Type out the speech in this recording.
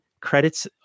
credits